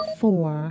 four